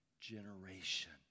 generation